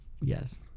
Yes